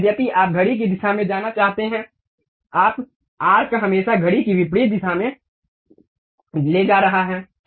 यद्यपि आप घड़ी की दिशा में जाना चाहते हैं आपका आर्क हमेशा घड़ी की विपरीत दिशा में ले जा रहा है